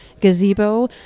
gazebo